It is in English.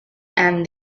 and